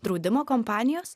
draudimo kompanijos